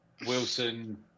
Wilson